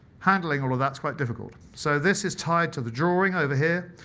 handling all of that's quite difficult. so this is tied to the drawing over here.